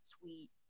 sweet